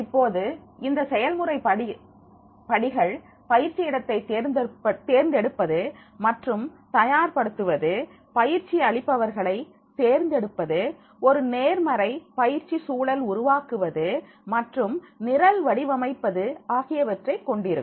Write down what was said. இப்பொழுது இந்த செயல்முறை படிகள் பயிற்சி இடத்தை தேர்ந்தெடுப்பது மற்றும் தயார்படுத்துவது பயிற்சி அளிப்பவர்களை தேர்ந்தெடுப்பது ஒரு நேர்மறை பயிற்சி சூழல் உருவாக்குவது மற்றும் நிரல் வடிவமைப்பது ஆகியவற்றை கொண்டிருக்கும்